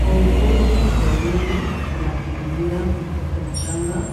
Wauguzi wawili wanahudumia mtoto mchanga